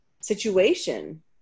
situation